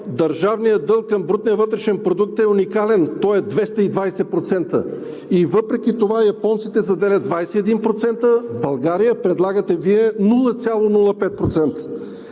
държавният дълг към брутния вътрешен продукт е уникален! Той е 220% и въпреки това японците заделят 21%, а България – предлагате Вие: 0,05%!?